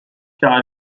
car